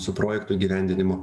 su projekto įgyvendinimu